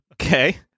Okay